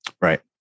Right